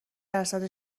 درصد